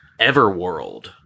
everworld